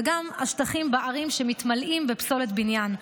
וגם השטחים בערים שמתמלאים בפסולת בניין,